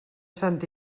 sant